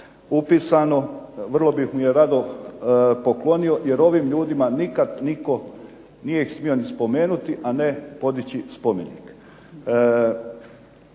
upisano, vrlo bih mu je rado poklonio, jer ovim ljudima nikada nitko nije smio spomenuti a ne podići spomenik.